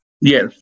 Yes